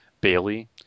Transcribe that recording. Bailey